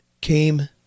came